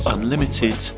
Unlimited